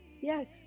Yes